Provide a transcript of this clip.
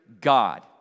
God